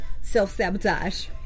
self-sabotage